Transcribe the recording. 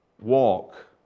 walk